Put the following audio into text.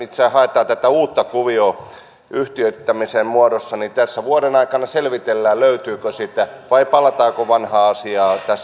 tässä haetaan tätä uutta kuvioita yhtiöittämisen muodossa ja vuoden aikana selvitellään löytyykö sitä vai palataanko vanhaan asiaan tässä yhtiömuodossa